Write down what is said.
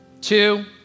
two